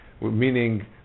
meaning